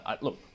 look